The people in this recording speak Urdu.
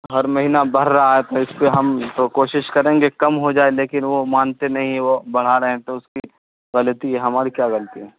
ہر مہینہ بڑھ رہا ہے تو اس پہ ہم تو کوشش کریں گے کم ہو جائے لیکن وہ مانتے نہیں وہ بڑھا رہے ہیں تو اس کی غلطی ہے ہماری کیا گلطی ہے